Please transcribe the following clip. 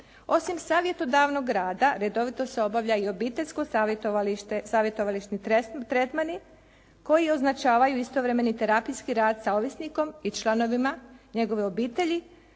Osim savjetodavnog rada redovito se obavlja i obiteljsko savjetovalište, savjetovališni tretmani koji označavaju istovremeni terapijski rad sa ovisnikom i članovima njegove obitelji